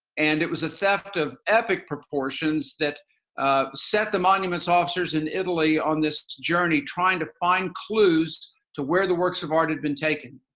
and it was a theft of epic proportions that set the monuments officers in italy on this journey trying to find clues to where the works of art had been taken.